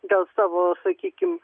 dėl savo sakykim